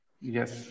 Yes